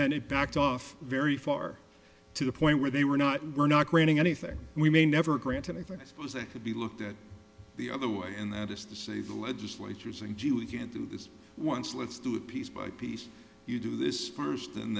then they backed off very far to the point where they were not we're not granting anything we may never granted i think it was a could be looked at the other way and that is to say the legislatures and gee we can do this once let's do it piece by piece you do this first and